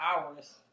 hours